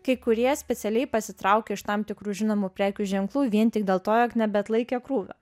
kai kurie specialiai pasitraukė iš tam tikrų žinomų prekių ženklų vien tik dėl to jog nebeatlaikė krūvio